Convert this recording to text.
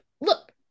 look